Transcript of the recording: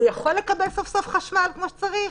הוא יכול לקבל סוף סוף חשמל כמו שצריך?